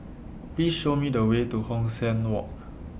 Please Show Me The Way to Hong San Walk